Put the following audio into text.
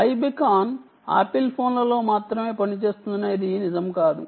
iBeacon Apple ఫోన్లలో మాత్రమే పనిచేస్తుందనేది నిజం కాదు